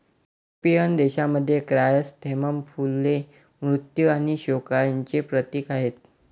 European देशांमध्ये, chrysanthemum फुले मृत्यू आणि शोकांचे प्रतीक आहेत